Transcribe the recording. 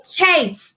okay